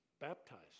baptized